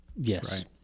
Yes